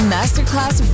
Masterclass